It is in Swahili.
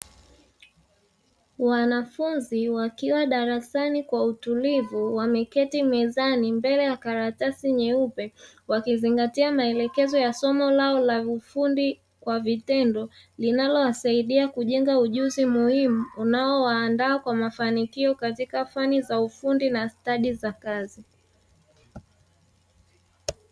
Wanafunzi wakiwa darasani kwa utulivu wameketi mezani mbele ya karatasi nyeupe, wakizingatia maelekezo ya somo lao la ufundi kwa vitendo linalowasaidia kujenga ujuzi muhimu unaowaandaa kwa mafanikio katika fani za ufundi na stadi za kazi.